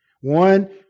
one